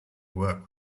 work